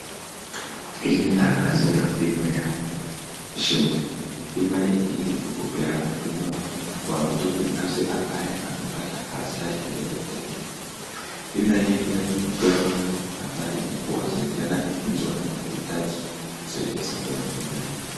Hii ni tangazo ya bima ya Shimil. Bima hii hupeana bima kwa mtu binafsi ambaye amepata ajali lolote lile, bima hii pia tumepewa nambari ya kuwasiliana mtu anapohitaji usaidizi kwenye bima hii.